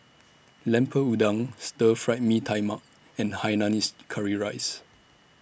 Lemper Udang Stir Fry Mee Tai Mak and Hainanese Curry Rice